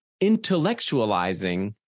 intellectualizing